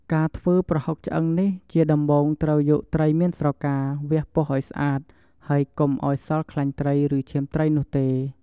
ការធ្វើប្រហុកឆ្អឹងនេះ ជាដំបូងត្រូវយកត្រីមានស្រកា វះពោះឱ្យស្អាត ហើយកុំឱ្យសល់ខ្លាញ់ត្រី ឬឈាមត្រីនោះទេ។